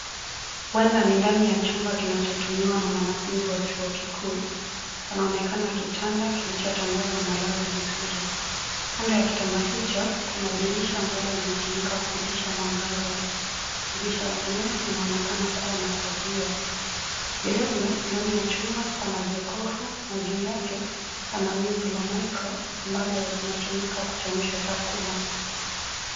Huenda ni ndani ya chumba kinacho tumiwa na mwanafunzi wa chuo kikuu. Panaonekana kitanda kilicho tandazwa malazi vizuri. Kando ya kitanda hichi kuna dirisha linalotumika kupitisha mwangaza, dirisha lenyewe linaonekana kuwa na pazia. Vile vile ndani ya chumba pana jokofu na juu yake pana wimbi la micro ambalo linatumika kuchemsha chakula.